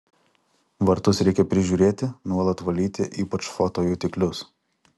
vartus reikia prižiūrėti nuolat valyti ypač fotojutiklius